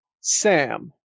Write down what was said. Sam